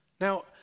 Now